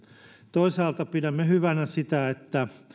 toisaalta pidämme hyvänä sitä että